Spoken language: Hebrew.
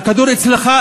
הכדור אצלך,